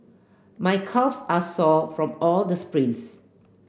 my calves are sore from all the sprints